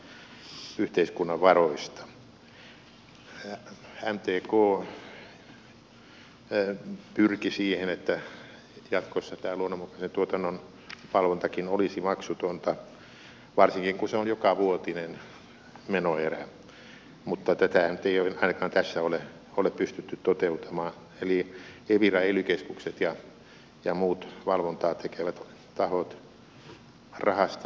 mtk pyrki siihen että jatkossa tämä luonnonmukaisen tuotannon valvontakin olisi maksutonta varsinkin kun se on jokavuotinen menoerä mutta tätähän nyt ei ole ainakaan tässä ole pystytty toteuttamaan eli evira ely keskukset ja muut valvontaa tekevät tahot rahastavat tästä aika oudolla tavalla